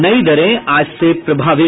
नई दरें आज से प्रभावी